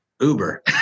Uber